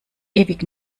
ewig